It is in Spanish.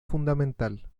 fundamental